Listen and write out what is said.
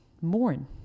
mourn